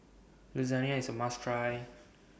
Lasagna IS A must Try